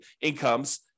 incomes